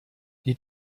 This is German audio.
die